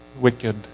wicked